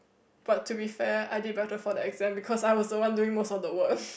but to be fair I did better for the exam because I was the one doing most of the work